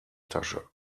tasche